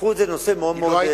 הפכו את זה לנושא מאוד מאוד,